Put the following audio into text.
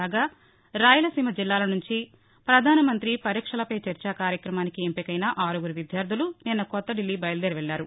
కాగా రాయలసీమ జిల్లాల నుంచి ప్రధానమంతి పరీక్షలపై చర్చా కార్యక్రమానికి ఎంపికయిన ఆరుగురు విద్యార్దులు నిన్న కొత్త దిల్లీ బయలుదేరి వెళ్లారు